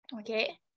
Okay